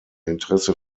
interesse